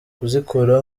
kuzikora